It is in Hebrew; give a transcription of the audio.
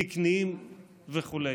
תקניים וכו'.